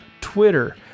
Twitter